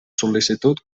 sol·licitud